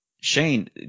Shane